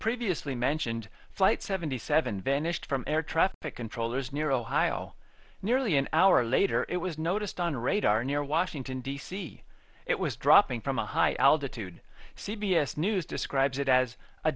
previously mentioned flight seventy seven vanished from air traffic controllers near ohio nearly an hour later it was noticed on radar near washington d c it was dropping from a high altitude c b s news describes it as a